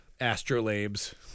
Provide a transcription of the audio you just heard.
astrolabes